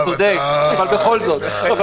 אתה צודק, אבל בכל זאת.